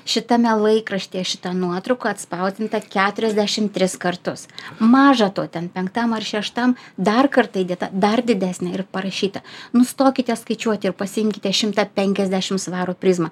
šitame laikraštyje šita nuotrauka atspausdinta keturiasdešim tris kartus maža to ten penktam ar šeštam dar kartą įdėta dar didesnė ir parašyta nustokite skaičiuoti ir pasiimkite šimtą pemkiasdešim svarų prizmą